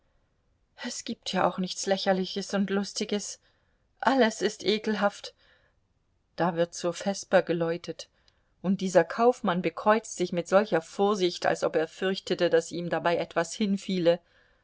es gibt ja auch nichts lächerliches und lustiges alles ist ekelhaft da wird zur vesper geläutet und dieser kaufmann bekreuzt sich mit solcher vorsicht als ob er fürchtete daß ihm dabei etwas